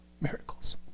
miracles